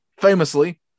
famously